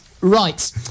right